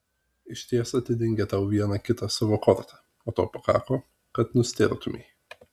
išties atidengė tau vieną kitą savo kortą o to pakako kad nustėrtumei